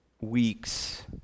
weeks